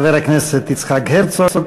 חבר הכנסת יצחק הרצוג,